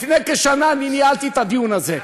לפני כשנה אני ניהלתי את הדיון הזה.